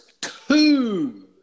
two